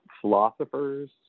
philosophers